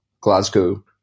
Glasgow